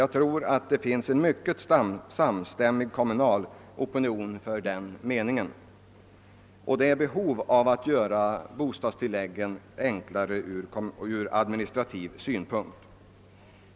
Jag tror att det finns en mycket samstämmig kommunal opinion för den ordningen. Det föreligger behov av att göra systemet med bostadstilläggen enklare från administrativ synpunkt.